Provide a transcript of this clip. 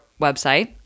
website